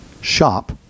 shop